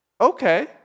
okay